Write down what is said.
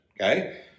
Okay